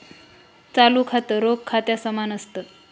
चालू खातं, रोख खात्या समान असत